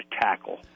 tackle